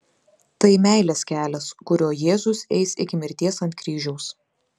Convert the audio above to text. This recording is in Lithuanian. tai meilės kelias kuriuo jėzus eis iki mirties ant kryžiaus